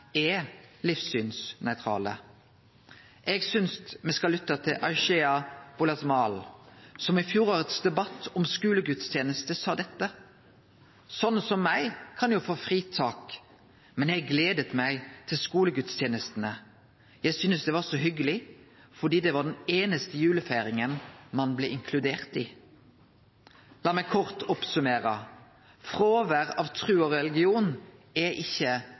er livssynsnøytrale. Eg synest me skal lytte til Ayesha Wolasmal, som i debatten om skulegudstenester i fjor sa: «Sånne som meg kan jo få fritak, men jeg gledet meg til skolegudstjeneste. Jeg synes det var så hyggelig, fordi det var den eneste julefeiringen man ble inkludert i.» La meg kort oppsummere: Fråvær av tru og religion er